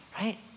right